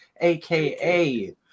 aka